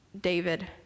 David